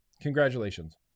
Congratulations